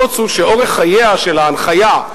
הקוץ הוא שאורך חייה של ההנחיה,